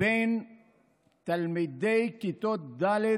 בין תלמידי כיתות ד'